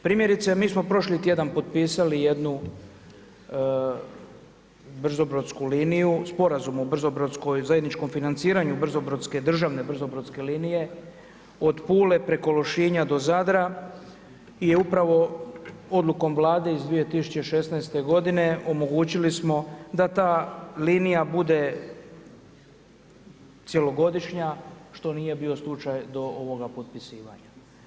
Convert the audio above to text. Primjerice mi smo prošli tjedan potpisali jednu brzobrodsku liniju, Sporazum o brzobrodskoj, zajedničkom financiranju brzobrodske, državne brzobrodske linije od Pule preko Lošinja do Zadra je upravo odlukom Vlade iz 2016. godine omogućili smo da ta linija bude cjelogodišnja što nije bio slučaj do ovoga potpisivanja.